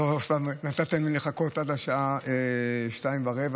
לא סתם נתתם לי לחכות עד השעה 02:15,